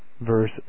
Verse